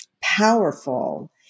powerful